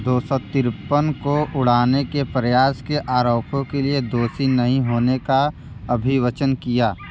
दो सौ तिरपन को उड़ाने के प्रयास के आरोपों के लिए दोषी नहीं होने का अभिवचन किया